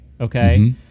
Okay